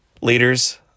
Leaders